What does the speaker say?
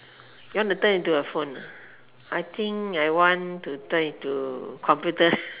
you want to turn into a phone I think I want to turn into computer